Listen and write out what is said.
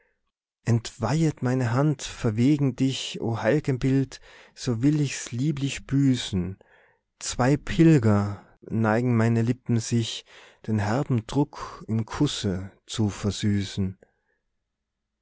entweihet meine hand verwegen dich o heil'genbild so will ich's lieblich büßen zwei pilger neigen meine lippen sich den herben druck im kusse zu versüßen